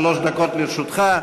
שלוש דקות לרשותך.